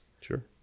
Sure